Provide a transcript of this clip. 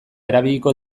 erabiliko